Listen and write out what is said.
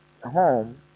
home